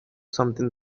something